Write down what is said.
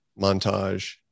montage